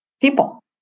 people